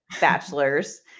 bachelors